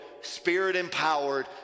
spirit-empowered